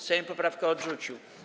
Sejm poprawkę odrzucił.